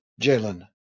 Jalen